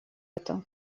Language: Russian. это